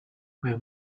when